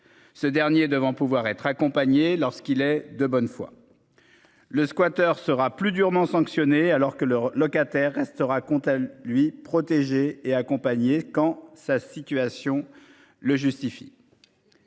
Ce dernier devant pouvoir être accompagnées lorsqu'il est de bonne foi. Le squatteur sera plus durement sanctionnés, alors que leurs locataires restera compte elle lui protéger et accompagner quand sa situation. Le justifie.